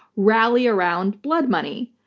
rally around blood money.